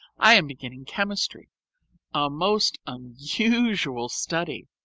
i am beginning chemistry, a most unusual study.